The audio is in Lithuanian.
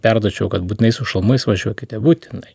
perduočiau kad būtinai su šalmais važiuokite būtinai